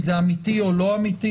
אם זה אמיתי או לא אמיתי?